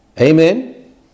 Amen